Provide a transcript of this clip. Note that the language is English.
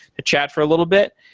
a chat for a little bit.